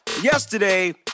yesterday